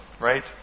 right